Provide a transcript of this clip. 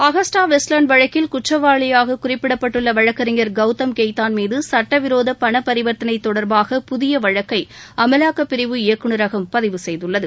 Agusta Westland வழக்கில் குற்றவாளியாக குறிப்பிடப்பட்டுள்ள வழக்கறிஞர் கெய்தான் மீது சுட்டவிரோத பண பரிவர்த்தனை தொடர்பாக புதிய வழக்கை அம்லாக்கப்பிரிவு இயக்குனரகம் பதிவு செய்துள்ளது